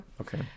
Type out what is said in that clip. Okay